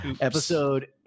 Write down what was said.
episode